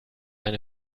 eine